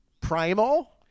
primal